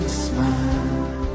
smile